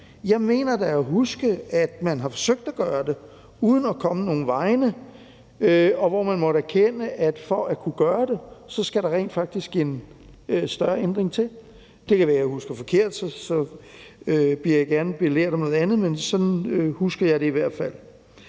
Jeg mener da at huske, at man har forsøgt at gøre det uden at komme nogen vegne, og hvor man måtte erkende, at for at kunne gøre det skal der rent faktisk en større ændring til. Det kan være, jeg husker forkert, så bliver jeg gerne belært om noget andet, men sådan husker jeg det i hvert fald.